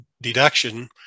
deduction